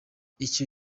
icyo